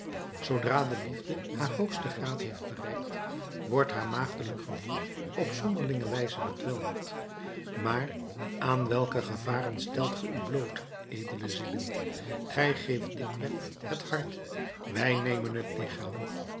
zoodra de liefde haar hoogsten graad heeft bereikt wordt haar maagdelijk gevoel op zonderlinge wijze bedwelmd maar aan welke gevaren stelt ge u bloot edele zielen gij geeft dikwerf het hart wij nemen het lichaam